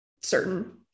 certain